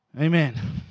Amen